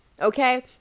okay